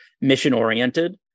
mission-oriented